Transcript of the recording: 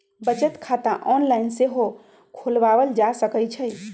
बचत खता ऑनलाइन सेहो खोलवायल जा सकइ छइ